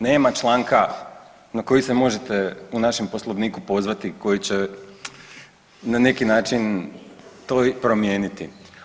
Nema članka na koji se možete u našem Poslovniku pozvati koji će na neki način to promijeniti.